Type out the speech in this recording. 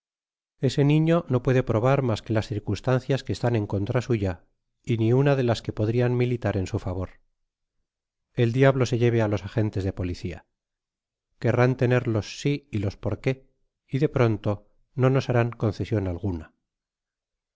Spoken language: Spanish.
ese niño no puede probar mas que las circunstancias que están en contra suya y ni una de las que podrian militar en su favor el diablo se heve á los agentes de policia querrán lener los si y los porqué y de pronto no nos harán concesion alguna